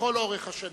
לכל אורך השנים,